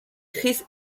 chris